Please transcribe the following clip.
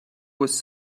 was